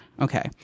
Okay